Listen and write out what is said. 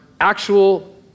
actual